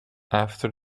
after